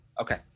Okay